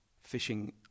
fishing